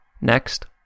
Next